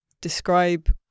describe